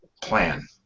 plan